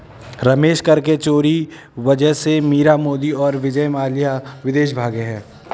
रमेश कर के चोरी वजह से मीरा मोदी और विजय माल्या विदेश भागें हैं